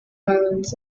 islands